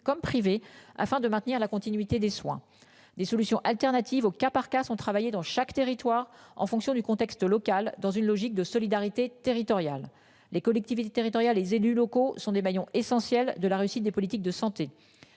comme privés afin de maintenir la continuité des soins. Des solutions alternatives au cas par cas sont travailler dans chaque territoire en fonction du contexte local dans une logique de solidarité territoriale, les collectivités territoriales et élus locaux sont des maillons essentiels de la réussite des politiques de santé.